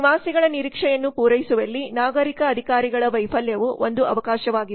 ನಿವಾಸಿಗಳ ನಿರೀಕ್ಷೆಯನ್ನು ಪೂರೈಸುವಲ್ಲಿ ನಾಗರಿಕ ಅಧಿಕಾರಿಗಳ ವೈಫಲ್ಯವು ಒಂದು ಅವಕಾಶವಾಗಿದೆ